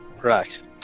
correct